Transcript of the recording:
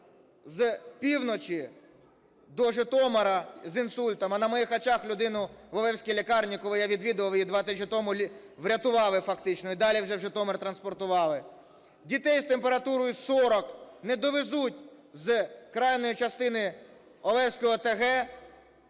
з півночі до Житомира з інсультом. А на моїх очах людину в Олевській лікарні, коли я відвідував її два тижні тому, врятували фактично і далі вже в Житомир транспортували. Дітей з температурою 40 не довезуть з крайньої частини Олевської ОТГ